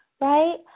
right